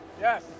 Yes